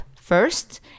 first